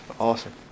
awesome